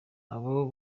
abo